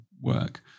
work